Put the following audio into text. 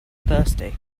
thirsty